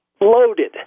loaded